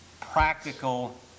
practical